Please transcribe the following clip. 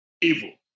evil